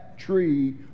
tree